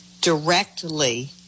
directly